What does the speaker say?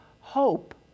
Hope